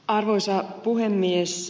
arvoisa puhemies